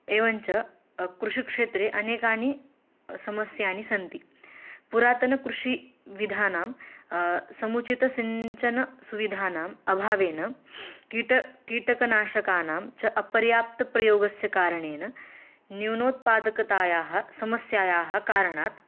एवञ्च कृषिक्षेत्रे अनेकाः समस्याः सन्ति पुरातनकृषिविधानां समुचितसिञ्चनसुविधानाम् अभावेन कीटानां कीटकनाशकानां च अपर्याप्तप्रयोगस्य कारणेन न्यूनोत्पादकतायाः समस्यायाः कारणात्